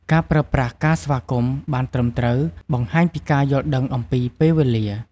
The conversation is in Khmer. ការប្រើប្រាស់ការស្វាគមន៍ បានត្រឹមត្រូវ បង្ហាញពីការយល់ដឹងអំពីពេលវេលា។